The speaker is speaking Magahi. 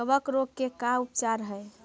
कबक रोग के का उपचार है?